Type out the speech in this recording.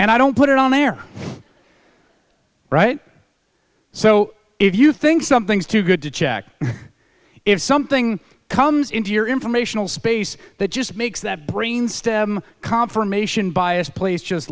and i don't put it on the air right so if you think something's too good to check if something comes into your informational space that just makes that brainstem confirmation bias please just